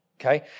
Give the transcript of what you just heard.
okay